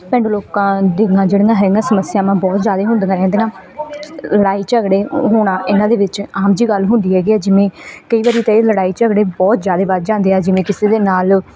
ਪੇਂਡੂ ਲੋਕਾਂ ਦੀਆਂ ਜਿਹੜੀਆਂ ਹੈਗੀਆਂ ਸਮੱਸਿਆਵਾਂ ਬਹੁਤ ਜ਼ਿਆਦਾ ਹੁੰਦੀਆਂ ਰਹਿੰਦੀਆਂ ਲੜਾਈ ਝਗੜੇ ਹੋਣਾ ਇਹਨਾਂ ਦੇ ਵਿੱਚ ਆਮ ਜਿਹੀ ਗੱਲ ਹੁੰਦੀ ਹੈਗੀ ਆ ਜਿਵੇਂ ਕਈ ਵਾਰ ਤਾਂ ਇਹ ਲੜਾਈ ਝਗੜੇ ਬਹੁਤ ਜ਼ਿਆਦਾ ਵੱਧ ਜਾਂਦੇ ਆ ਜਿਵੇਂ ਕਿਸੇ ਦੇ ਨਾਲ